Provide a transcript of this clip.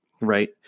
right